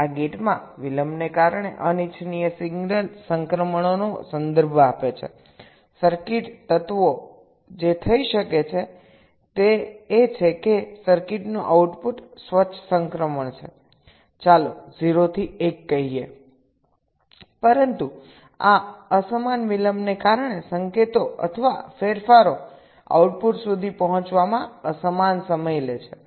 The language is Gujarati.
આ ગેટમાં વિલંબને કારણે અનિચ્છનીય સિગ્નલ સંક્રમણોનો સંદર્ભ આપે છે સર્કિટ તત્વો જે થઈ શકે છે તે છે કે સર્કિટનું આઉટપુટ સ્વચ્છ સંક્રમણ કરે છે ચાલો 0 થી 1 કહીએ પરંતુ આ અસમાન વિલંબને કારણે સંકેતો અથવા ફેરફારો આઉટપુટ સુધી પહોંચવામાં અસમાન સમય લે છે